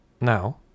Now